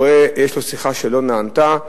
רואה שיש לו שיחה שלא נענתה,